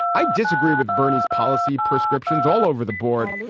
i disagree with bernie's policy prescriptions all over the board.